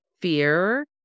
fear